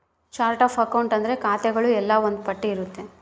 chart of account ಅಂದ್ರೆ ಖಾತೆಗಳು ಎಲ್ಲ ಒಂದ್ ಪಟ್ಟಿ ಇರುತ್ತೆ